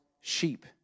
sheep